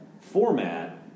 format